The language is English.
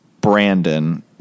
Brandon